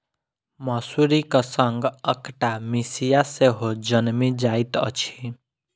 मसुरीक संग अकटा मिसिया सेहो जनमि जाइत अछि